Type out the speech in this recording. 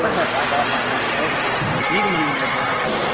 எப்போ சார் பார்க்க வர்லான் மோட்டர என்ன சார் நீர் மூழ்கி மோட்ரு தான் சார்